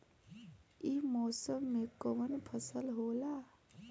ई मौसम में कवन फसल होला?